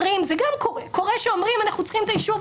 קורה שאומרים: "אנחנו צריכים את האישור,